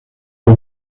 que